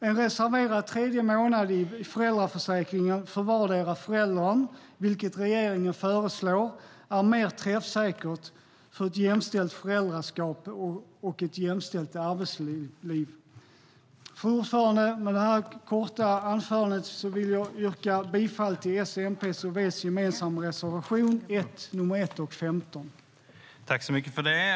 En reserverad tredje månad i föräldraförsäkringen för vardera föräldern, vilket regeringen föreslår, är mer träffsäkert för ett jämställt föräldraskap och jämställt arbetsliv.